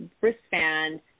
wristband